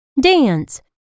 dance